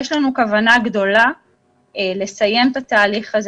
יש לנו כוונה גדולה לסיים את התהליך הזה